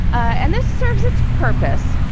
and this serves its purpose,